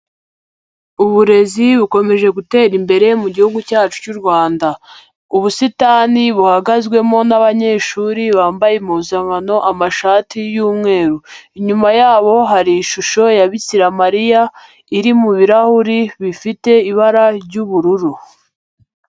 Uburezi bukomeje gutera imbere mu gihugu cyacu cy'u Rwanda, ubusitani buhagazemo abanyeshuri bambaye impuzankano amashati y'umweru, inyuma yabo hari ishusho ya Bikira Mariya iri mu birahuri bifite ibara ry'ubururu.